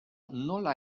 nola